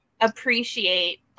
appreciate